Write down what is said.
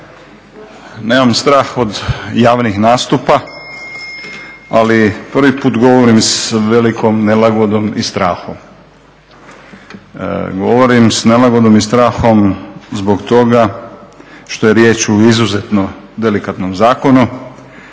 Nemam strah od javnih nastupa ali prvi put govorim s velikom nelagodom i strahom. Govorim s nelagodom i strahom zbog toga što je riječ o izuzetno delikatnom zakonu